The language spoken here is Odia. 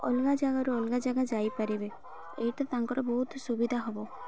ଅଲଗା ଜାଗାରୁ ଅଲଗା ଜାଗା ଯାଇପାରିବେ ଏଇଟା ତାଙ୍କର ବହୁତ ସୁବିଧା ହବ